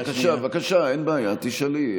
בבקשה, אין בעיה, תשאלי.